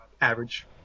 average